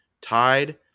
tied